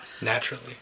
Naturally